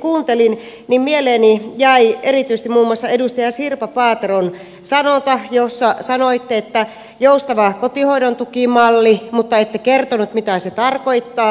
kuuntelin niin mieleeni jäi erityisesti muun muassa edustaja sirpa paateron sanonta jossa sanoitte että joustava kotihoidon tukimalli mutta ette kertonut mitä se tarkoittaa